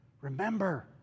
remember